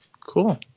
Cool